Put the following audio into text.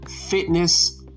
fitness